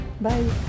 Bye